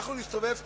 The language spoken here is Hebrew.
אנחנו נסתובב ככה?